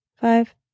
five